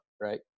Right